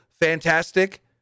fantastic